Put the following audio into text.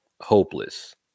hopeless